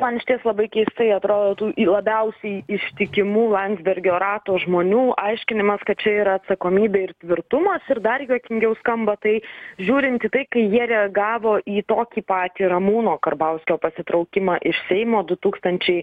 man išties labai keistai atrodo labiausiai ištikimų landsbergio rato žmonių aiškinimas kad čia yra atsakomybė ir tvirtumas ir dar juokingiau skamba tai žiūrint į tai kai jie reagavo į tokį patį ramūno karbauskio pasitraukimą iš seimo du tūkstančiai